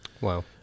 Wow